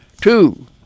Two